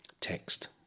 text